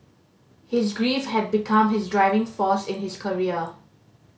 his grief had become his driving force in his career